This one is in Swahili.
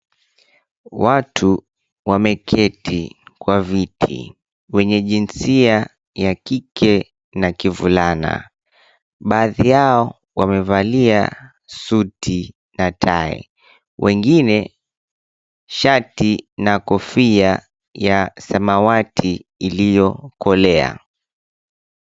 Watu wameketi kwa viti, wenye jinsia ya kike na kivulana. Baadhi yao wamevalia suti na tai, wengine shati na kofia ya samawati iliyokolea.